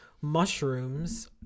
mushrooms